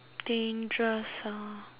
dangerous ah